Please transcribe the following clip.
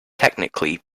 technically